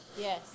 Yes